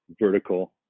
vertical